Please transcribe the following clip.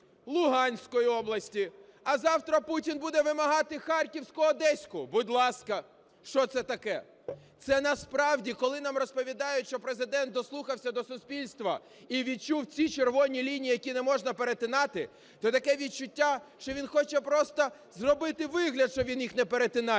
Луганської області. А завтра Путін буде вимагати Харківську, Одеську - будь ласка. Що це таке? Це насправді, коли нам розповідають, що Президент дослухався до суспільства і відчув ці червоні лінії, які не можна перетинати, то таке відчуття, що він хоче просто зробити вигляд, що він їх не перетинає,